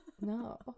No